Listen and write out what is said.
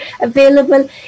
available